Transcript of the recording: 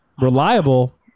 reliable